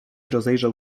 rozejrzał